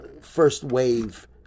first-wave